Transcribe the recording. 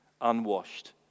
unwashed